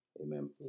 Amen